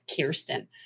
Kirsten